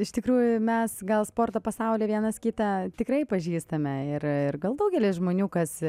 iš tikrųjų mes gal sporto pasauly vienas kitą tikrai pažįstame ir gal daugelis žmonių kas